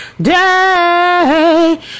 day